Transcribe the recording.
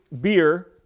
beer